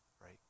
right